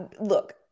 Look